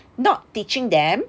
not teaching them